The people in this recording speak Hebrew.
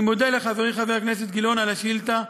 אני מודה לחברי חבר הכנסת גילאון על השאילתה,